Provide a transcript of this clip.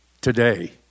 Today